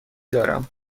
دارم